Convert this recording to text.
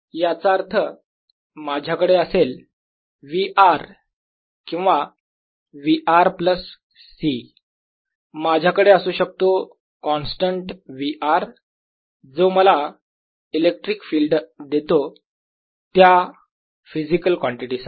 याचा अर्थ माझ्याकडे असेल V r किंवा V r प्लस C माझ्याकडे असू शकतो कॉन्स्टंट V r जो मला इलेक्ट्रिक फील्ड देतो त्या फिजिकल क्वांटिटी साठी